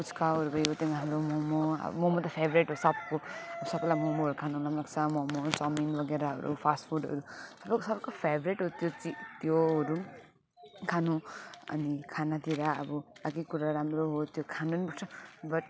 पुच्काहरू भइगयो त्यसमा हाम्रो मम अब मम त फेभ्रेट हो सबको सबैलाई ममहरू खानु मन लाग्छ मम चाउमिन बगेराहरू फास्ट फुडहरू सबैको फेभ्रेट हो त्यो चाहिँ त्योहरू खानु अनि खानातिर अब अर्कै कुरा राम्रो हो त्यो खानु पनि पर्छ बट